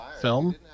film